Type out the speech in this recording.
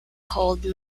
called